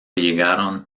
llegaron